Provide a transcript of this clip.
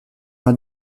m’a